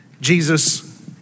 Jesus